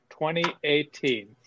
2018